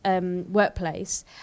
workplace